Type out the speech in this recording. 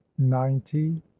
ninety